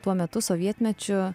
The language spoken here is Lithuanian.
tuo metu sovietmečiu